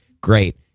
great